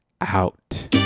out